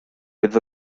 bydd